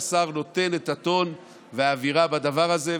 השר נותן את הטון והאווירה בדבר הזה,